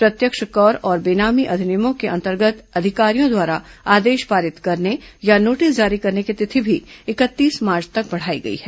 प्रत्यक्ष कर और बेनामी अधिनियमों के अंतर्गत अधिकारियों द्वारा आदेश पारित करने या नोटिस जारी करने की तिथि भी इकतीस मार्च तक बढ़ाई गई है